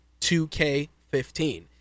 2K15